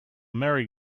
merry